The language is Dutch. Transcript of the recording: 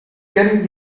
ken